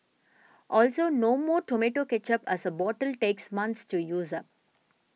also no more tomato ketchup as a bottle takes months to use up